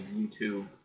YouTube